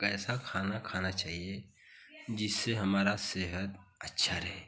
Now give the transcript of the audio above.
ऐसा खाना खाना चाहिए जिससे हमारा सेहत अच्छा रहे